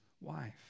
wife